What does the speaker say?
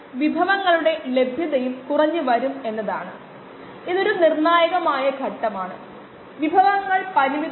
ഇത് വിദ്യാർത്ഥികൾക്ക് വളരെ നല്ല പഠന അനുഭവമാണ്